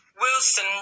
Wilson